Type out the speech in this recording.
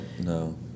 no